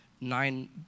nine